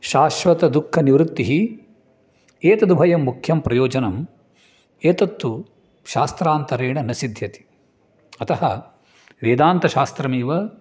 शाश्वतदुःखनिवृत्तिः एतदुभयं मुख्यं प्रयोजनम् एतत्तु शास्त्रान्तरेण न सिद्ध्यति अतः वेदान्तशास्त्रमेव